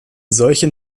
solchen